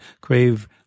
Crave